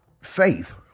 faith